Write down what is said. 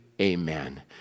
amen